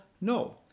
No